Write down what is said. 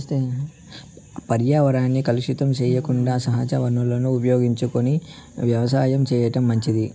పర్యావరణాన్ని కలుషితం సెయ్యకుండా సహజ వనరులను ఉపయోగించుకొని వ్యవసాయం చేయటం మంచిది